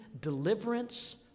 deliverance